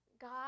God